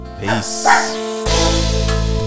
Peace